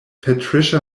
patricia